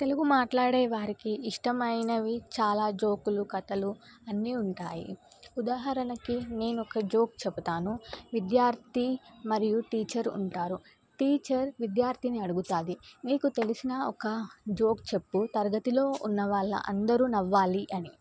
తెలుగు మాట్లాడే వారికి ఇష్టమైనవి చాలా జోకులు కథలు అన్నీ ఉంటాయి ఉదాహరణకి నేను ఒక జోక్ చెబతాను విద్యార్థ మరియు టీచర్ ఉంటారు టీచర్ విద్యార్థిని అడుగుతుంది మీకు తెలిసిన ఒక జోక్ చెప్పు తరగతిలో ఉన్నవాళ్ళ అందరూ నవ్వాలి అని